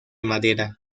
madera